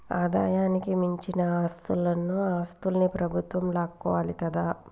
ఆదాయానికి మించిన ఆస్తులన్నో ఆస్తులన్ని ప్రభుత్వం లాక్కోవాలి కదా